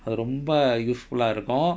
அது ரொம்ப:athu romba useful ah இருக்கும்:irukum